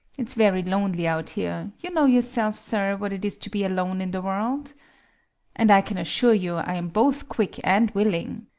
it's very lonely out here you know yourself, sir, what it is to be alone in the world and i can assure you i'm both quick and willing.